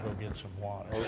get some water.